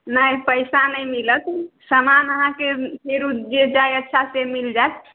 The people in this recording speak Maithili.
नहि पैसा नहि मिलत समान अहाँकेँ फेरु जे जाए अच्छा से मिल जाएत